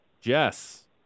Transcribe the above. Jess